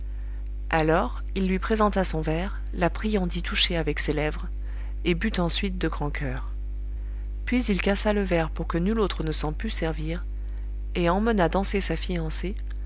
alors il lui présenta son verre la priant d'y toucher avec ses lèvres et but ensuite de grand coeur puis il cassa le verre pour que nul autre ne s'en pût servir et emmena danser sa fiancée